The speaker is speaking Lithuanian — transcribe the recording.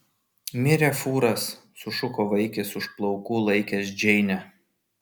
mirė fūras sušuko vaikis už plaukų laikęs džeinę